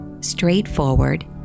straightforward